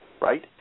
right